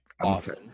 awesome